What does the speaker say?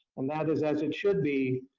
and that is as it should be,